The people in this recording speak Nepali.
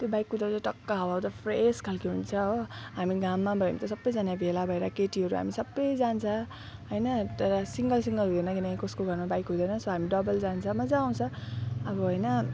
त्यो बाइक कुदाउँदा टक्क हावा आउँछ फ्रेस खालको हुन्छ हो हामी घाममा भयो भने त सबैजना भेला भएर केटीहरू हामी सबै जान्छ होइन तर सिङ्गल सिङ्गल हुँदैन किनकि कसको घरमा बाइक हुँदैन सो हामी डबल जान्छ मजा आउँछ अब होइन